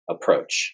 Approach